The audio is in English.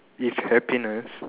if happiness